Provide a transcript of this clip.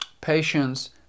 Patience